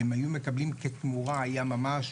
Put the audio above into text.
מקבלים כתמורה היה ממש,